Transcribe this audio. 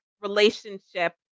relationship